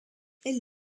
elle